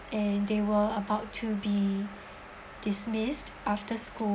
and they were about to be dismissed after school